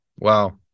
Wow